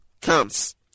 comes